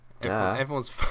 Everyone's